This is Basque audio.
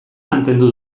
mantendu